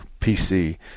PC